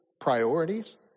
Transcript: priorities